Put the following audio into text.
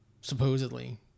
supposedly